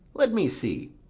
let me see.